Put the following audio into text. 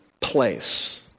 place